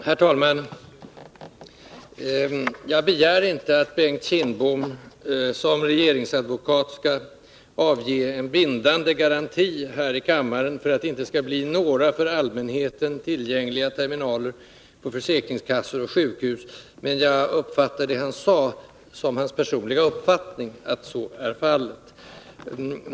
Herr talman! Jag begär inte att Bengt Kindbom som regeringsadvokat skall avge en bindande garanti här i kammaren för att det inte skall bli några för allmänheten tillgängliga terminaler på försäkringskassor och sjukhus, men jag uppfattade det han sade så, att det enligt hans personliga uppfattning inte skall bli några sådana.